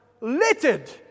Littered